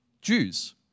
Jews